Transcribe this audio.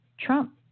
Trump